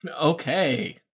Okay